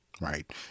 right